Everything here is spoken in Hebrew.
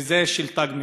וזה של "תג מחיר".